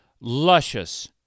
Luscious